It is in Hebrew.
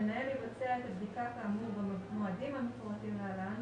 המנהל יבצע את הבדיקה כאמור במועדים המפורטים להלן,